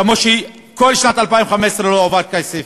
כמו שכל שנת 2015 לא הועבר כסף,